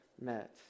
met